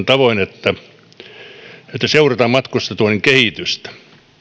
tavoin että seurataan matkustajatuonnin kehitystä